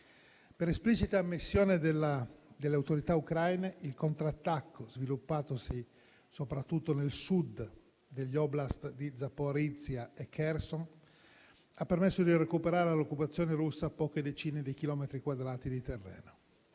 Per esplicita ammissione delle autorità ucraine, il contrattacco sviluppatosi soprattutto nel Sud degli *oblast* di Zaparizhzhia e Kherson ha permesso di recuperare all'occupazione russa poche decine di chilometri quadrati di terreno.